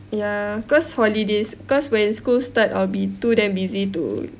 ya cause holidays cause when school starts I'll be too damn busy to